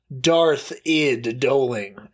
Darth-Id-Doling